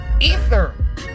Ether